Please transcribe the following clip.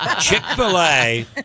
Chick-fil-A